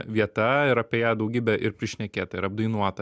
vieta ir apie ją daugybę ir prišnekėta ir apdainuota